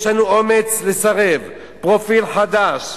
יש לנו "אומץ לסרב", "פרופיל חדש",